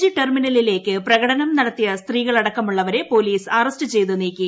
G ടെർമിനലിലേക്ക് പ്രകടനം നടത്തിയ സ്ത്രീകൾ അടക്കമുള്ളവരെ പോലീസ് അറസ്റ്റ് ചെയ്ത് നീക്കി